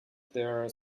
there